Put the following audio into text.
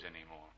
anymore